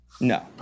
No